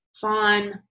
Fawn